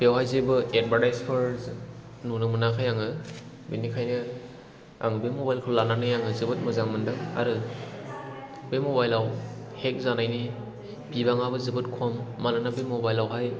बेवहाय जेबो एदभार्टाइज फोर नुनो मोनाखै आङो बेनिखायनो आं बे मबाइल खौ लानानै आङो जोबोद मोजां मोनदों आरो बे मबाइल आव हेक जानायनि बिबाङाबो जोबोद खम मानोना बे मबाइल आवहाय